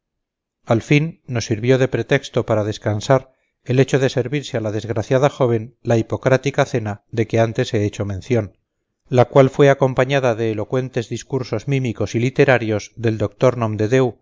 al fin nos sirvió de pretexto para descansar el hecho de servirse a la desgraciada joven la hipocrática cena de que antes he hecho mención la cual fue acompañada de elocuentes discursos mímicos y literarios del doctor